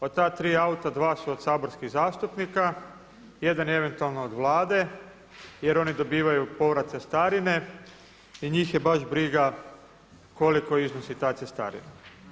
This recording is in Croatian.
Od ta tri auta dva su od saborskih zastupnika, jedan je eventualno od Vlade jer oni dobivaju povrat cestarine i njih je baš briga koliko iznosi ta cestarina.